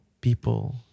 people